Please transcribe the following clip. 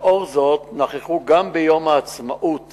לאור זאת, נכחו גם ביום העצמאות